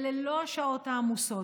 אלה לא השעות העמוסות.